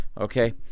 okay